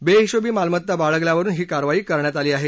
बेहिशोबी मालमत्ता बाळगल्यावरुन ही कारवाई करण्यात आली आहे